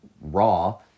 raw